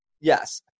Yes